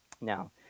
Now